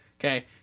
Okay